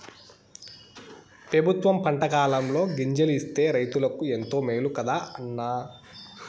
పెబుత్వం పంటకాలంలో గింజలు ఇస్తే రైతులకు ఎంతో మేలు కదా అన్న